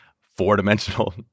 four-dimensional